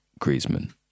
Griezmann